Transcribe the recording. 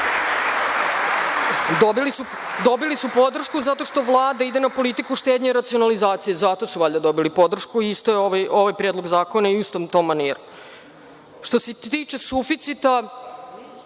dobili su podršku zato što Vlada ide na politiku štednje i racionalizacije. Zato su valjda dobili podršku. Ovaj Predlog zakona je u istom tom maniru. Što se tiče suficita,